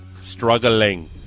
Struggling